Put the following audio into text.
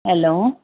hello